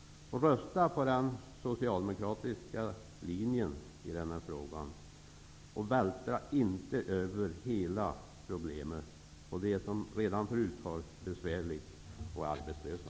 Rösta på den socialdemokratiska linjen i denna fråga. Vältra inte över hela problemet på dem som redan förut har det besvärligt, nämligen de arbetslösa.